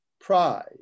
pride